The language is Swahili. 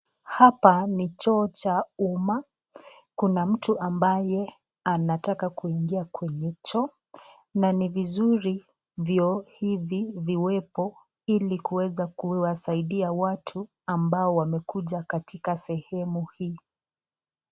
Hapa ni choo cha uma, kuna mtu ambaye anataka kuingia kwenye choo na ni vizuri vyoo hivi viwepo ili kuweza kuwazaidia watu ambao wamekuja katika sehemu hii.